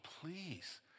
Please